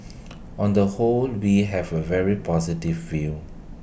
on the whole we have A very positive view